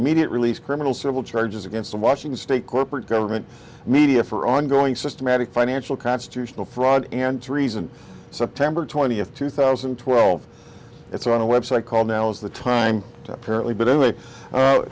immediate release criminal civil charges against the washington state corporate government media for ongoing systematic financial constitutional fraud and to reason september twentieth two thousand and twelve it's on a website called now is the time apparently but anyway